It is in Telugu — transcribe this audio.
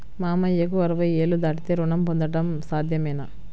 మామయ్యకు అరవై ఏళ్లు దాటితే రుణం పొందడం సాధ్యమేనా?